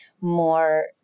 more